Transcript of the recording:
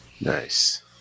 Nice